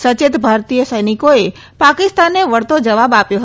સચેત ભારતીય સૈનિકોએ પાકિસ્તાનને વળતો જવાબ આપ્યો હતો